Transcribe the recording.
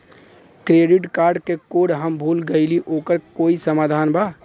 Credit card क code हम भूल गइली ओकर कोई समाधान बा?